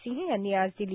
सिंह यांनी आज दिली